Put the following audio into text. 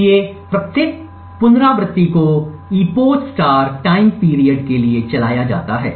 इसलिए प्रत्येक पुनरावृत्ति को युगांतर epoch TIME PERIOD के लिए चलाया जाता है